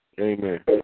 Amen